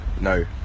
No